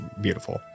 beautiful